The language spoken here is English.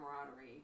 camaraderie